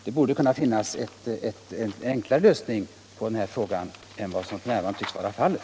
Det borde finnas en enklare lösning på denna fråga än vad som f.n. tycks vara fallet.